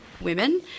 women